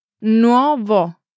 Nuovo